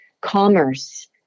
commerce